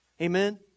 Amen